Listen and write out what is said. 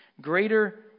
greater